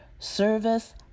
Service